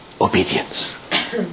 obedience